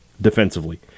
defensively